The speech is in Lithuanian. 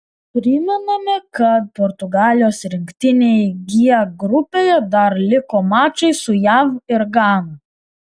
primename kad portugalijos rinktinei g grupėje dar liko mačai su jav ir gana